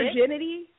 virginity